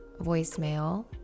voicemail